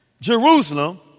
Jerusalem